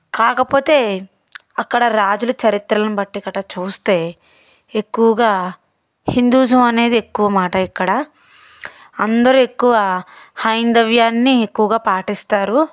కాకపోతే అక్కడ రాజుల చరిత్రలు బట్టి కట్టా చూస్తే ఎక్కువగా హిందూజం అనేది ఎక్కువ మాట ఇక్కడ అందరు ఎక్కువ హైందవ్యాన్ని ఎక్కువగా పాటిస్తారు